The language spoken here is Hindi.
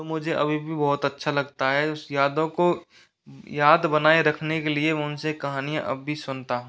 तो मुझे अभी भी बहुत अच्छा लगता है उस यादों को याद बनाए रखने के लिए उनसे कहानियाँ अब भी सुनता हूँ